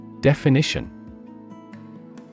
Definition